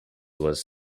was